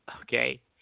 Okay